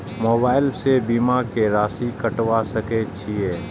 Mobile से बीमा के राशि कटवा सके छिऐ?